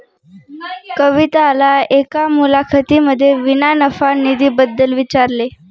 कविताला एका मुलाखतीमध्ये विना नफा निधी बद्दल विचारले